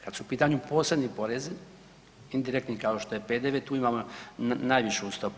Kad su u pitanju posebni porezi, indirektni kao što je PDV, tu imamo najvišu stopu.